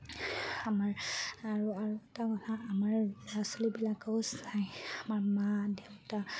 আমাৰ আৰু আৰু এটা কথা আমাৰ ল'ৰা ছোৱালীবিলাকেও চায় আমাৰ মা দেউতা